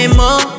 more